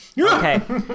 Okay